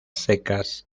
secas